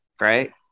right